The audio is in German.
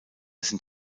sind